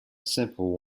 simple